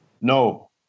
no